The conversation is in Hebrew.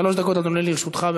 שלוש דקות, אדוני, לרשותך.